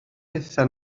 pethau